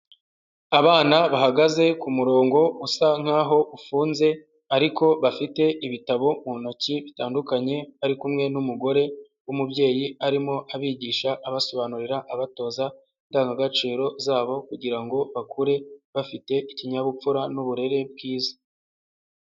Abana bahagaze ku murongo usa nkaho ufunze ariko bafite ibitabo mu ntoki bitandukanye, bari kumwe n'umugore w'umubyeyi arimo abigisha abasobanurira, abatoza indangagaciro zabo kugira ngo bakure bafite ikinyabupfura n'uburere bwiza.